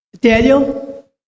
Daniel